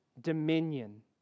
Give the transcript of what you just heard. dominion